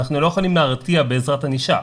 אנחנו לא יכולים להרתיע בעזרת ענישה.